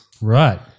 Right